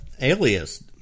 alias